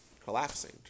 collapsing